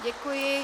Děkuji.